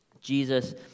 Jesus